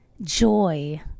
joy